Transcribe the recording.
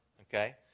Okay